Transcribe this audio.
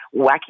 wacky